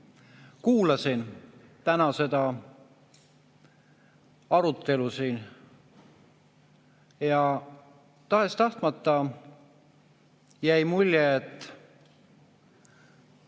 Kuulasin täna seda arutelu siin ja tahes-tahtmata jäi mulje, et